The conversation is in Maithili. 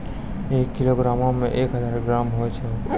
एक किलोग्रामो मे एक हजार ग्राम होय छै